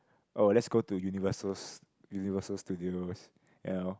oh let's go to Universal st~ Universal Studios ya